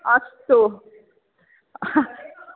अस्तु